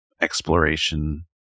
exploration